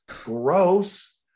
Gross